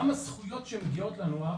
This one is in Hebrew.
גם הזכויות שמגיעות לנו,